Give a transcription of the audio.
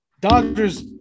Dodgers